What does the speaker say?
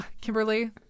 Kimberly